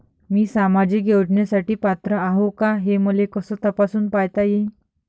मी सामाजिक योजनेसाठी पात्र आहो का, हे मले कस तपासून पायता येईन?